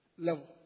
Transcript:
level